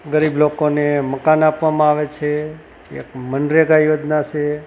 ગરીબ લોકોને મકાન આપવામાં આવે છે એક મનરેગા યોજના છે